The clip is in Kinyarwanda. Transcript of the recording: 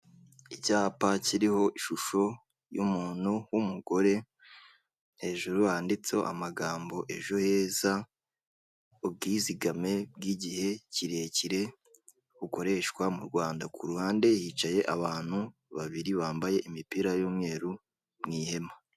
Icyapa kiriho ishusho y'umuntu w'umugore, hejuru handitseho amagambo ejo heza, ubwizigame bw'igihe kirekire bukoreshwa mu Rwanda. Ku ruhande hicaye abantu babiri bambaye imipira y'umweru mu ihema.